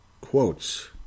quotes